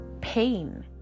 pain